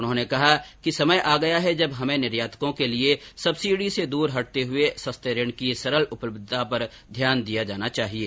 उन्होंने कहा कि समय आ गया है जब हमें निर्यातको के लिए सब्सिडी से दूर हटते हए सस्ते ऋण की सरल उपलब्धता पर ध्यान देना चाहिये